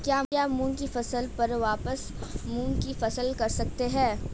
क्या मूंग की फसल पर वापिस मूंग की फसल कर सकते हैं?